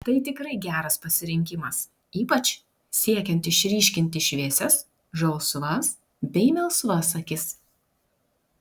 tai tikrai geras pasirinkimas ypač siekiant išryškinti šviesias žalsvas bei melsvas akis